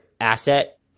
asset